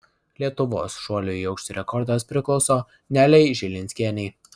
lietuvos šuolių į aukštį rekordas priklauso nelei žilinskienei